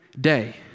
day